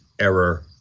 error